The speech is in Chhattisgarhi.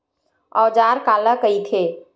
औजार काला कइथे?